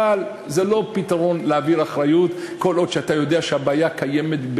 אבל זה לא פתרון להעביר אחריות כל עוד אתה יודע שהבעיה קיימת,